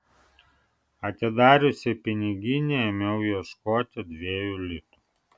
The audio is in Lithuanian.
atidariusi piniginę ėmiau ieškoti dviejų litų